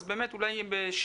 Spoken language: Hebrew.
אז באמת אולי בשיתוף